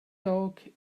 dog